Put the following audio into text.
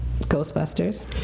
Ghostbusters